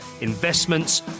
investments